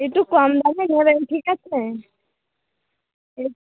একটু কম দামে ধরেন ঠিক আছে এই